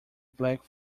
black